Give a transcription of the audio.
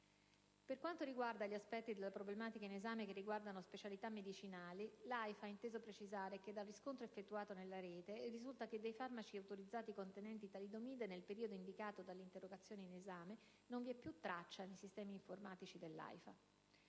Per quanto riguarda gli aspetti della problematica in esame che riguardano specialità medicinali, l'Agenzia italiana del farmaco (AIFA) ha inteso precisare che dal riscontro effettuato sulla rete, risulta che dei farmaci autorizzati contenenti talidomide, nel periodo indicato nell'interrogazione in esame, non vi è più traccia nei sistemi informatici dell'AIFA.